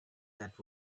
that